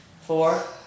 four